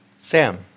Sam